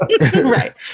Right